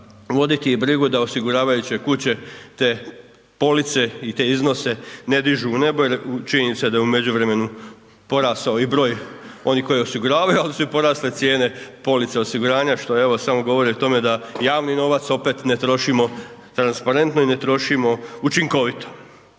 voditi i brigu da osiguravajuće kuće te police i te iznose ne dižu u nebo jer činjenica da je u međuvremenu porastao i broj onih koji osiguravaju, ali su i porasle cijene polica osiguranja što evo, samo govori o tome da jasni novac opet ne trošimo transparentno i ne trošimo učinkovito.